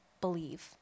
believe